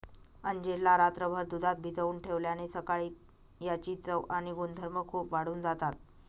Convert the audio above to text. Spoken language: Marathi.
अंजीर ला रात्रभर दुधात भिजवून ठेवल्याने सकाळी याची चव आणि गुणधर्म खूप वाढून जातात